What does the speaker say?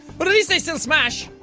but at least they still smash.